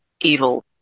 evil